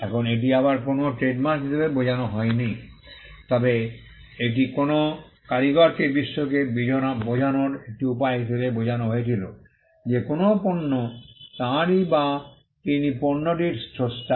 এখন এটি আবার কোনও ট্রেডমার্ক হিসাবে বোঝানো হয়নি তবে এটি কোনও কারিগরকে বিশ্বকে বোঝানোর একটি উপায় হিসাবে বোঝানো হয়েছিল যে কোনও পণ্য তাঁরই বা তিনি পণ্যটির স্রষ্টা